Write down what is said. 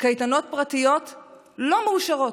פרטיות לא מאושרות.